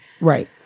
Right